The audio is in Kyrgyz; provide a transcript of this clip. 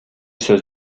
сөз